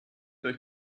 euch